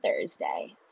Thursday